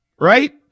right